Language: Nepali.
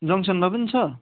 जङ्गसनमा पनि छ